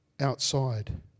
outside